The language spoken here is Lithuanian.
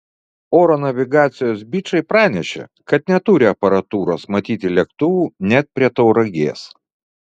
oro navigacijos bičai pranešė kad neturi aparatūros matyti lėktuvų net prie tauragės